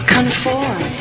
Conform